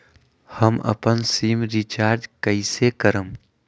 हम अपन sim recharge कइसे करम?